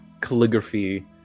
calligraphy